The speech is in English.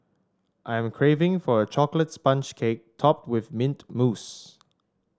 I am craving for a chocolate sponge cake topped with mint mousse